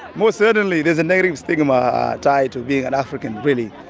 most certainly there's negative stigma tied to being an african, really.